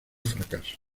fracaso